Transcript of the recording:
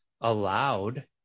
allowed